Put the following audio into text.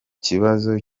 kibazo